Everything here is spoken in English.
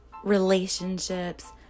relationships